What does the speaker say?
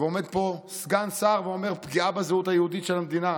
ועומד פה סגן שר ואומר: פגיעה בזהות היהודית של המדינה.